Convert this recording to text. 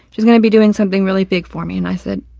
she's gonna be doing something really big for me. and i said,